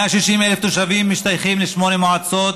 160,000 התושבים משתייכים לשמונה מועצות: